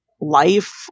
life